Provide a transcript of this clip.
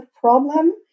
problem